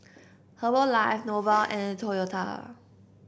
Herbalife Nova and Toyota